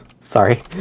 Sorry